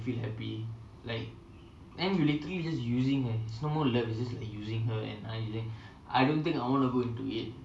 and then the bride said something which I which seems comical lah okay there was this comical